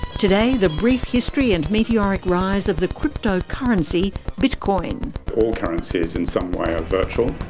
today, the brief history and meteoric rise of the crypto currency bitcoin. all currencies in some way are virtual.